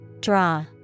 Draw